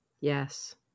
Yes